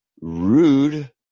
rude